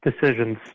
decisions